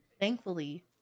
Thankfully